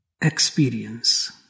experience